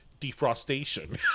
defrostation